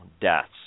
deaths